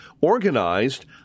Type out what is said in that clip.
organized